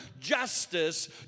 justice